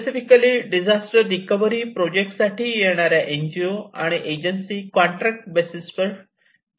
specifically disaster recovery project साठी येणाऱ्या NGO आणि एजन्सी कॉन्ट्रॅक्ट बेसिस वर टारगेट वर्क करतात